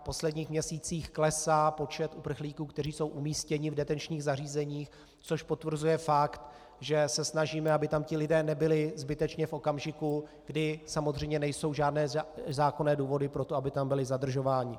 V posledních měsících klesá počet uprchlíků, kteří jsou umístěni v detenčních zařízeních, což potvrzuje fakt, že se snažíme, aby tam ti lidé nebyli zbytečně v okamžiku, kdy samozřejmě nejsou žádné zákonné důvody pro to, aby tam byli zadržováni.